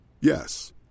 Yes